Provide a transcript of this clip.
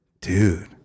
dude